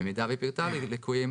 במידה והיא פירטה ליקויים